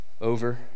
over